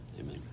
Amen